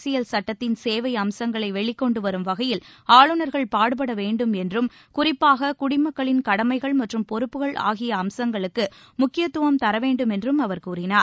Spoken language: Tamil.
அரசியல் சுட்டத்தின் சேவை அம்சங்களை வெளிக் கொண்டுவரும் வகையில் ஆளுநர்கள் பாடுபட வேண்டும் என்றும் குறிப்பாக குடிமக்களின் கடமைகள் மற்றும் பொறுப்புக்கள் ஆகிய அம்சங்களுக்கு முக்கியத்துவம் தர வேண்டுமென்றும் அவர் கூறினார்